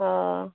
ᱚᱻ